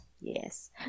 Yes